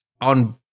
on